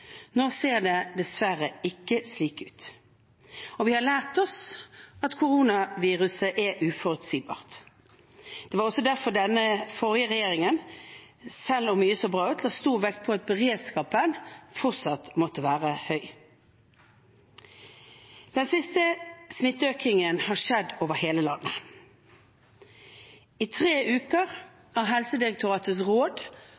Nå ser det dessverre ikke slik ut. Vi har lært oss at koronaviruset er uforutsigbart. Det var også derfor den forrige regjeringen, selv om mye så bra ut, la stor vekt på at beredskapen fortsatt måtte være høy. Den siste smitteøkningen har skjedd over hele landet. I tre uker har Helsedirektoratets råd